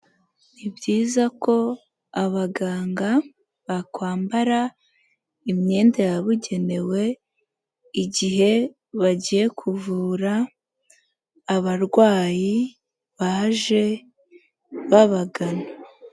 Ni byiza ko abaganga bakwambara imyenda yabugenewe igihe bagiye kuvura abarwayi baje babagana.